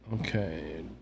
Okay